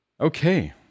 Okay